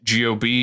Gob